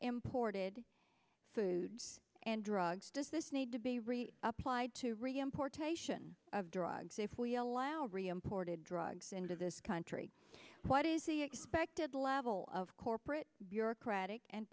imported foods and drugs does this need to be really applied to reimportation of drugs if we allow reimported drugs into this country what is the expected level of corporate bureaucratic and